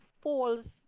false